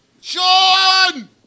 Sean